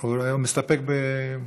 הוא מסתפק.